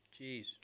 Jeez